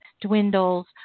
dwindles